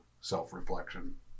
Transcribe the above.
self-reflection